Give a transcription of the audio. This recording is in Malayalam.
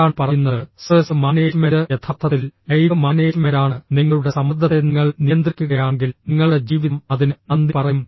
ആരാണ് പറയുന്നത് സ്ട്രെസ് മാനേജ്മെന്റ് യഥാർത്ഥത്തിൽ ലൈഫ് മാനേജ്മെന്റാണ് നിങ്ങളുടെ സമ്മർദ്ദത്തെ നിങ്ങൾ നിയന്ത്രിക്കുകയാണെങ്കിൽ നിങ്ങളുടെ ജീവിതം അതിന് നന്ദി പറയും